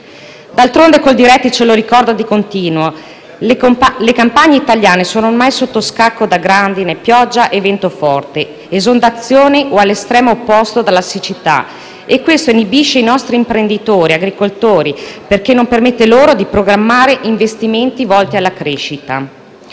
D'altronde, Coldiretti ce lo ricorda di continuo: le campagne italiane sono ormai sotto scacco da grandine, pioggia e vento forte, esondazioni o, all'estremo opposto, dalla siccità. E questo inibisce i nostri imprenditori agricoli, perché non permette loro di programmare investimenti volti alla crescita.